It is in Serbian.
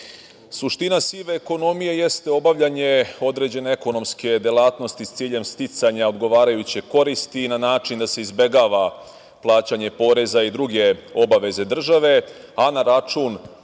jednaki. Suština sive ekonomije jeste obavljanje određene ekonomske delatnosti s ciljem sticanja odgovarajuće koristi na način da se izbegava plaćanje poreza i druge obaveze države, a na račun,